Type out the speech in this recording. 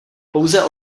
pouze